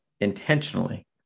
intentionally